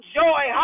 joy